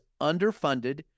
underfunded